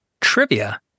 trivia